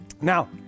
Now